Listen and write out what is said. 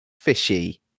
fishy